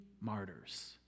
martyrs